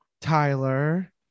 Tyler